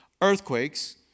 earthquakes